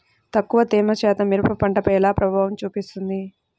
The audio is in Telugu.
తక్కువ తేమ శాతం మిరప పంటపై ఎలా ప్రభావం చూపిస్తుంది?